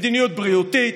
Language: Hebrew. מדיניות בריאותית,